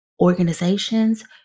organizations